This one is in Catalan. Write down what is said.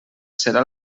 serà